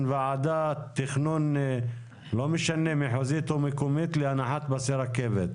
ועדת תכנון מחוזית או מקומית להנחת פסי רכבת.